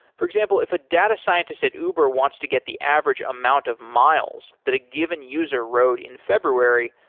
for example, if a data scientist at uber wants to get the average amount of miles that a given user rode in february,